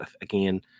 again